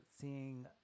seeing